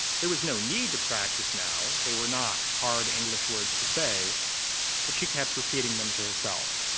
there was no need to practice now they were not hard english words to say but she kept repeating them to herself.